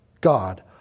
God